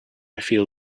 feel